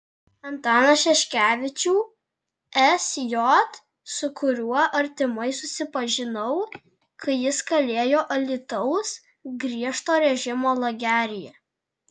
antaną šeškevičių sj su kuriuo artimai susipažinau kai jis kalėjo alytaus griežto režimo lageryje